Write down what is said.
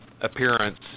appearance